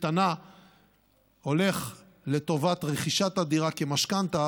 קטנה הולך לטובת רכישת הדירה כמשכנתה,